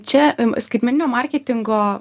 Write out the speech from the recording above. čia skaitmeninio marketingo